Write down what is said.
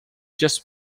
just